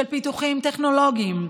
של פיתוחים טכנולוגיים,